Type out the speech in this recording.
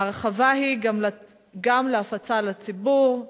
ההרחבה היא גם להפצה לציבור,